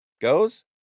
Goes